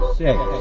six